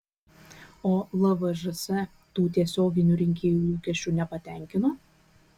o lvžs tų tiesioginių rinkėjų lūkesčių nepatenkino